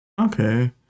Okay